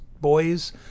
Boys